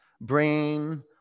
brain